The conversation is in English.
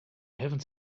haven’t